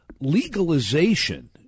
legalization